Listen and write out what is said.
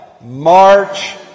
March